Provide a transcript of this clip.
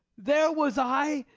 there was i,